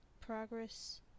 progress